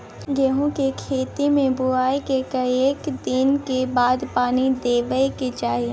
गेहूँ के खेती मे बुआई के कतेक दिन के बाद पानी देबै के चाही?